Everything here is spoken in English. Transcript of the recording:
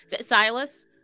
Silas